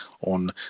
on